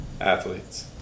athletes